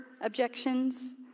objections